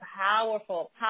powerful